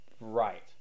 Right